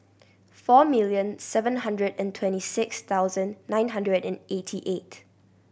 four million seven hundred and twenty six thousand nine hundred and eighty eight